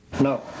No